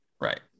Right